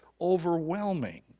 overwhelming